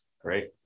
Great